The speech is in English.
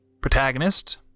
protagonist